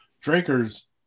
drinkers